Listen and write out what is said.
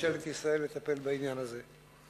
ממשלת ישראל לטפל בעניין הזה.